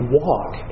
walk